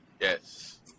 Yes